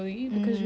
mmhmm